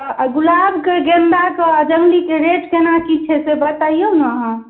आओर गुलाबके गेन्दाके जङ्गलीके रेट कोना कि छै से बतैऔ ने अहाँ